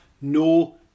no